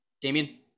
Damien